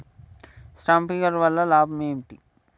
Sprinkler వల్ల లాభం ఏంటి?